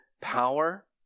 power